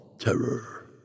terror